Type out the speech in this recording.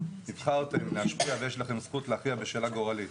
נבחרתם להשפיע ויש לכם זכות להכריע בשאלה גורלית,